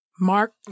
Mark